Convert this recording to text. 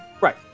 Right